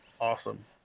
awesome